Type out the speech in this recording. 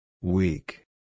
Weak